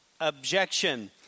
objection